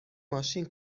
ماشین